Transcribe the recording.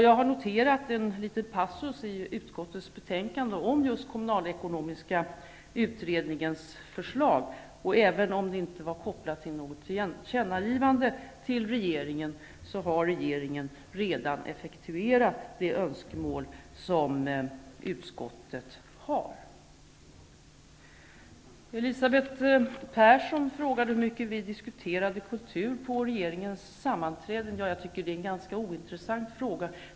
Jag har noterat en liten passus i utskottets betänkande om just kommunalekonomiska utredningens förslag, och även om det utskottet säger inte kopplats till något tillkännagivande till regeringen så har regeringen redan effektuerat utskottets önskemål. Elisabeth Persson frågade hur mycket vi diskuterar kultur på regeringens sammanträden. Jag tycker att det är en ganska ointressant fråga.